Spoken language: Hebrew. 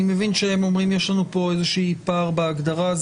אני מבין שהם אומרים שיש לנו כאן איזשהו פער בהגדרה.